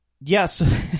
yes